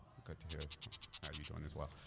good to hear. how are you doing as well?